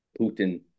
Putin